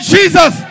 Jesus